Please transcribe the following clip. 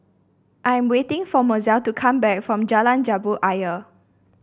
I'm waiting for Mozell to come back from Jalan Jambu Ayer